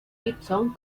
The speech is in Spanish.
gibson